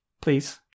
please